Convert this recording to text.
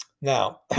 now